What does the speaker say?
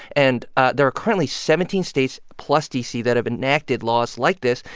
and ah there are currently seventeen states, plus d c, that have enacted laws like this.